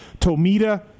Tomita